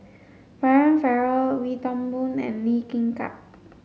Brian Farrell Wee Toon Boon and Lee Kin Tat